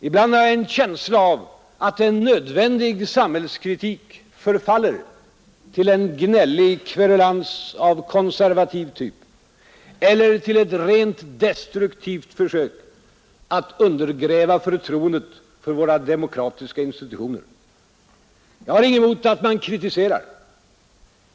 Ibland har jag en känsla av att en nödvändig samhällskritik förfaller till en gnällig kverulans av konservativ typ eller till ett rent destruktivt försök att undergräva förtroendet för våra demokratiska institutioner. Jag har inget emot att man kritiserar.